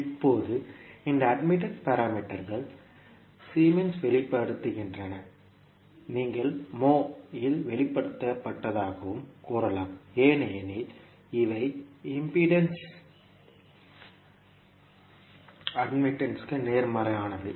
இப்போது இந்த அட்மிட்டன்ஸ் பாராமீட்டர்கள் சீமென்ஸில் வெளிப்படுத்தப்படுகின்றன நீங்கள் mhos இல் வெளிப்படுத்த பட்டதாகவும் கூறலாம் ஏனெனில் இவை இம்பிடேன்ஸ் க்கு மின்மறுப்புக்கு நேர்மாறானவை